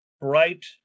bright